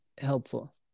helpful